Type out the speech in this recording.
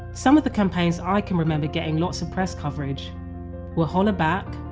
some of the campaigns i can remember getting lots of press coverage were hollaback,